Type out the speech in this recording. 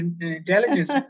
intelligence